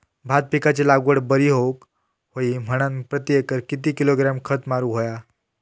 भात पिकाची लागवड बरी होऊक होई म्हणान प्रति एकर किती किलोग्रॅम खत मारुक होया?